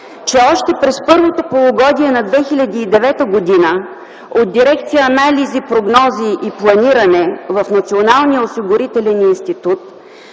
че още през първото полугодие на 2009 г. от дирекция „Анализи, прогнози и планиране” в